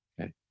Okay